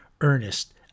Ernest